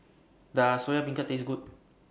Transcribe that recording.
Does Soya Beancurd Taste Good